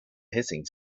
hissing